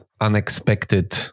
unexpected